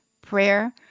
prayer